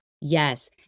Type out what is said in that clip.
Yes